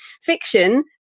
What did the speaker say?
Fiction